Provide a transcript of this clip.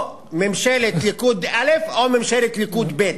או ממשלת ליכוד א' או ממשלת ליכוד ב',